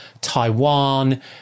Taiwan